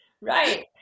Right